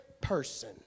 person